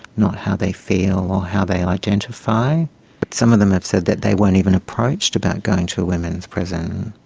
not how they feel or how they identify. but some of them have said that they weren't even approached about going to a women's prison.